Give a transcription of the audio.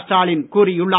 ஸ்டாலின் கூறியுள்ளார்